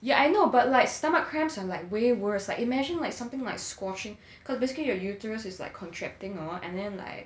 yeah I know but like stomach cramps are like way worse like imagine like something like squashing cause basically your uterus is like contracting hor and then like